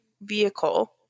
vehicle